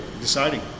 Deciding